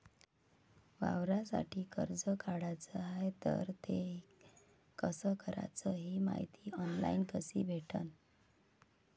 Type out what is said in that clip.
वावरासाठी कर्ज काढाचं हाय तर ते कस कराच ही मायती ऑनलाईन कसी भेटन?